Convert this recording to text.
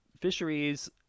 fisheries